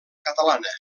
catalana